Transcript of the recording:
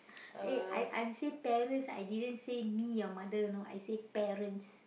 eh I I'm say parents I didn't say me your mother you know I say parents